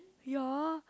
ya